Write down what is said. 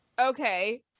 okay